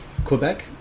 Quebec